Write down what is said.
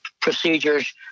Procedures